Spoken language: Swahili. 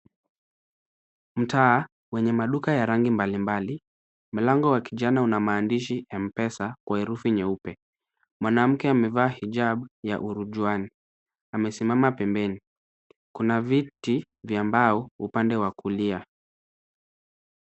Mtaa wenye maduka ya rangi mbalimbali. Mlango wa kijana una maandishi M-Pesa kwa herufi nyeupe. Mwanamke amevaa hijab ya hurujuani. Amesimama pembeni. Kuna viti vya mbao upande wa kulia.